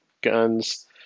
guns